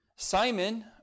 Simon